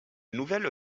nouvelle